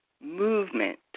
movement